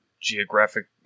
geographic